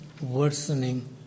worsening